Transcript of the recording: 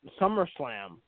SummerSlam